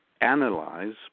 analyze